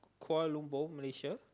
Kuala-Lumpur Malaysia